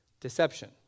deception